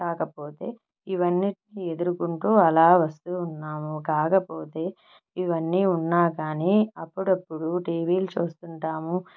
కాకపోతే ఇవన్నిటిని ఎదురుకుంటూ అలా వస్తూ ఉన్నాము కాకపోతే ఇవన్నీ ఉన్నా కాని అప్పుడప్పుడు టీవీలు చూస్తుంటాము